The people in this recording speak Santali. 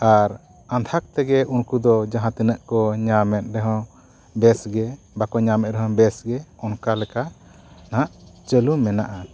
ᱟᱨ ᱟᱸᱫᱷᱟ ᱛᱮᱜᱮ ᱩᱱᱠᱩ ᱫᱚ ᱡᱟᱦᱟᱸ ᱛᱤᱱᱟᱹᱜ ᱠᱚ ᱧᱟᱢᱮᱫ ᱨᱮᱦᱚᱸ ᱵᱮᱥ ᱜᱮ ᱵᱟᱠᱚ ᱧᱟᱢᱮᱫ ᱨᱮᱦᱚᱸ ᱵᱮᱥ ᱜᱮ ᱚᱱᱠᱟ ᱞᱮᱠᱟ ᱱᱟᱦᱟᱜ ᱪᱟᱹᱞᱩ ᱢᱮᱱᱟᱜᱼᱟ